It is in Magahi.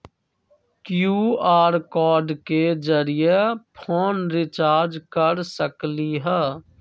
कियु.आर कोड के जरिय फोन रिचार्ज कर सकली ह?